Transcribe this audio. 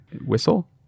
whistle